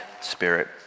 spirit